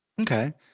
Okay